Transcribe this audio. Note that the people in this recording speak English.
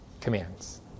commands